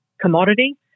commodity